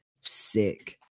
sick